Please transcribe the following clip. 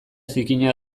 zikina